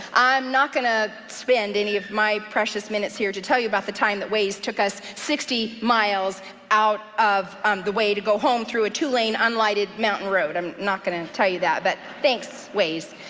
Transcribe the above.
i'm not gonna spend any of my precious minutes here to tell you about the time that waze took us sixty miles out of um the way to go home through a two lane, unlighted mountain road. i'm not gonna tell you that, but thanks waze.